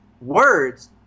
words